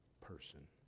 person